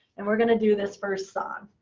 and we're going to do this first song,